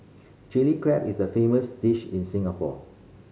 Chilli Crab is a famous dish in Singapore